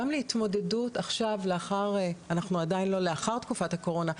גם להתמודדות אנחנו עדיין לא לאחר תקופת הקורונה,